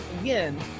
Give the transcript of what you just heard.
again